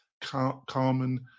Carmen